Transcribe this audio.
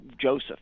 Joseph